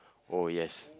oh yes